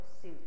suit